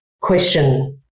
question